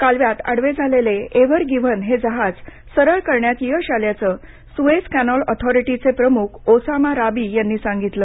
कालव्यात आडवे झालेले Ever Given हे जहाज सरळ करण्यात यश आल्याचं सुएझ कॅनॉल ऑथोरिटीचे प्रमुख ओसामा राबी यांनी सांगितलं